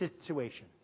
situation